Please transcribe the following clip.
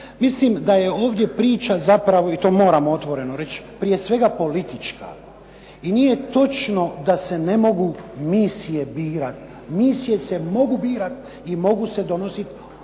Mislim da je ovdje priča zapravo, i to moram otvoreno reći, prije svega politička i nije točno da se ne mogu misije birati. Misije se mogu birati i mogu se donosit